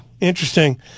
interesting